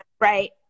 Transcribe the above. right